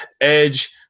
Edge